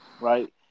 right